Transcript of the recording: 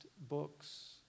books